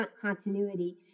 continuity